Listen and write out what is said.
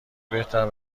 بهتر